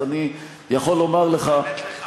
אז אני יכול לומר לך, אני דואג לך.